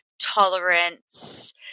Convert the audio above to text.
tolerance